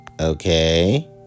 Okay